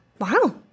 Wow